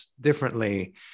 differently